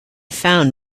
found